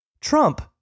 Trump